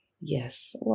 Yes